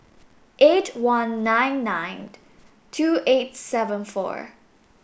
eight one nine nine two eight seven four